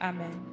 Amen